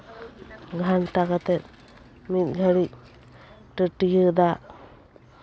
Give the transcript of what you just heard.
ᱜᱷᱟᱱᱴᱟ ᱠᱟᱛᱮ ᱢᱤᱫ ᱜᱷᱟᱹᱲᱤᱡ ᱴᱟᱹᱴᱭᱟᱹ ᱫᱟᱜ